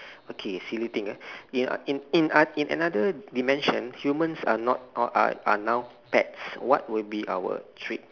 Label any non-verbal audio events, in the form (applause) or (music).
okay silly thing ah (breath) in in in a~ in another dimension humans are not not are are now pets what will be our trait